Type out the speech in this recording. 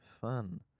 fun